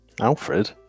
Alfred